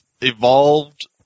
evolved